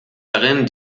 darin